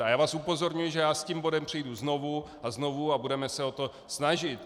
A já vás upozorňuji, že já s tím bodem přijdu znovu a znovu a budeme se o to snažit.